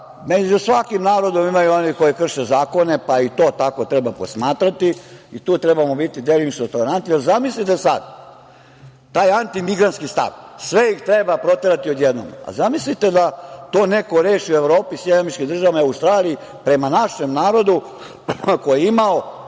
Među svakim narodom ima i onih koji krše zakone, pa to tako i treba posmatrati i tu trebamo biti delimično tolerantni. Zamislite sad taj antimigrantski stav – sve ih treba proterati odjednom. Zamislite da to neko reši u Evropi, SAD ili u Australiji prema našem narodu koji je imao